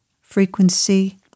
frequency